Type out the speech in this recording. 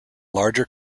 larger